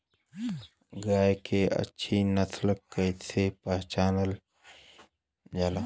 गाय के अच्छी नस्ल कइसे पहचानल जाला?